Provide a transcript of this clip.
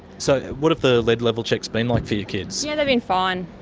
so what have the lead level checks been like for your kids? yeah they've been fine.